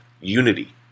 unity